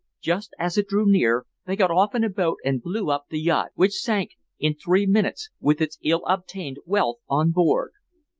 just as it drew near, they got off in a boat and blew up the yacht, which sank in three minutes with its ill-obtained wealth on board.